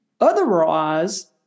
otherwise